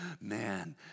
man